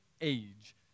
age